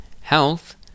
Health